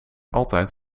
altijd